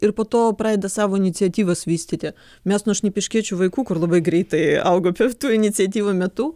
ir po to pradeda savo iniciatyvas vystyti mes nuo šnipiškiečių vaikų kur labai greitai augo per tų iniciatyvų metu